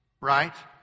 right